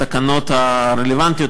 את התקנות הרלוונטיות,